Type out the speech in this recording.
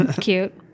Cute